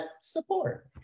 support